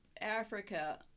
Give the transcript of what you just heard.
Africa